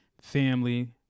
family